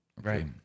Right